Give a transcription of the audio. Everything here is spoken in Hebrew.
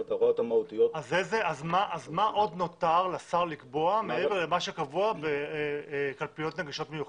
מה עוד נותר לשר לקבוע מעבר למה שקבוע בקלפיות נגישות מיוחדות?